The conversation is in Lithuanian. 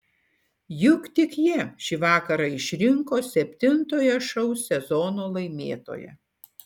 juk tik jie šį vakarą išrinko septintojo šou sezono laimėtoją